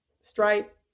Stripe